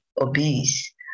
obese